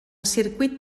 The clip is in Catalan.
circuit